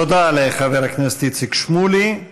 תודה לחבר הכנסת איציק שמולי.